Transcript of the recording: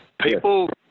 people